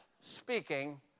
speaking